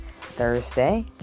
Thursday